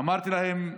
אמרתי להם: